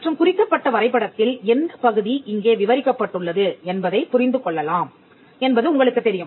மற்றும் குறிக்கப்பட்ட வரைபடத்தில் எந்தப் பகுதி இங்கே விவரிக்கப்பட்டுள்ளது என்பதைப் புரிந்து கொள்ளலாம் என்பது உங்களுக்கு தெரியும்